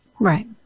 Right